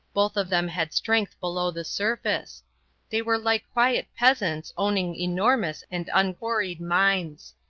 both of them had strength below the surface they were like quiet peasants owning enormous and unquarried mines.